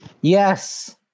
yes